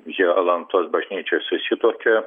jie alantos bažnyčioj susituokė